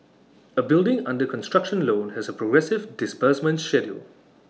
A building under construction loan has A progressive disbursement schedule